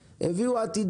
כמה מהם ערבים?